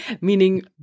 meaning